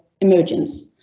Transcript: emergence